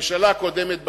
הממשלה הקודמת,